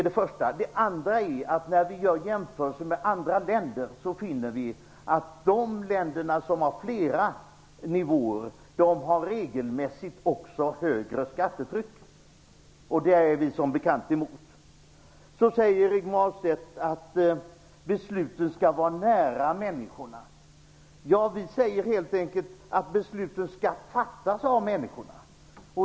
Det andra jag vill säga är att när vi gör jämförelser med andra länder finner vi att de länder som har flera nivåer regelmässigt också har högre skattetryck, och det är vi som bekant emot. Rigmor Ahlstedt säger att besluten skall fattas nära människorna. Ja, vi säger helt enkelt att besluten skall fattas av människorna.